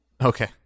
Okay